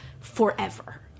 forever